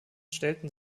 stellten